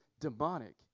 demonic